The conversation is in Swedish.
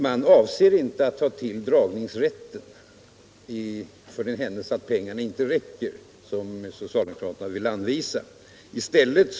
Man avser inte att ta till dragningsrätten för den händelse de pengar socialdemokraterna vill anvisa inte räcker.